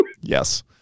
yes